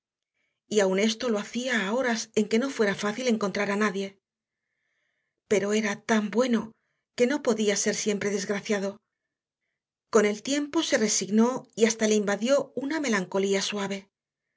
esposa y aun esto lo hacía a horas en que no fuera fácil encontrar a nadie pero era tan bueno que no podía ser siempre desgraciado con el tiempo se resignó y hasta le invadió una melancolía suave